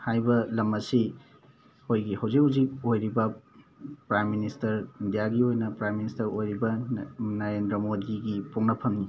ꯍꯥꯏꯕ ꯂꯝ ꯑꯁꯤ ꯑꯩꯈꯣꯏꯒꯤ ꯍꯧꯖꯤꯛ ꯍꯧꯖꯤꯛ ꯑꯣꯏꯔꯤꯕ ꯄ꯭ꯔꯥꯏꯝ ꯃꯤꯅꯤꯁꯇꯔ ꯏꯟꯗꯤꯌꯥꯒꯤ ꯑꯣꯏꯅ ꯄ꯭ꯔꯥꯏꯝ ꯃꯤꯅꯤꯁꯇꯔ ꯑꯣꯏꯔꯤꯕ ꯅꯔꯦꯟꯗ꯭ꯔ ꯃꯣꯗꯤꯒꯤ ꯄꯣꯛꯅꯐꯝꯅꯤ